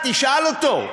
תשאל אותו.